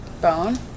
bone